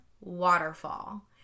waterfall